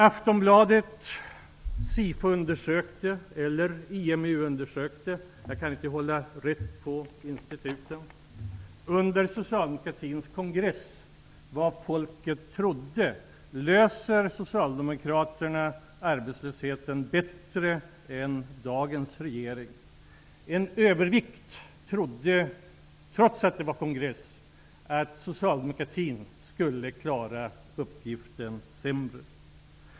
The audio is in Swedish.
Aftonbladet SIFO eller IMU-undersökte -- jag kan inte hålla reda på instituten -- under socialdemokraternas kongress vad människorna trodde i följande fråga: Löser Socialdemokraterna arbetslösheten bättre än dagens regering? En övervägande del trodde, trots att det var kongress, att socialdemokratin skulle klara uppgiften sämre.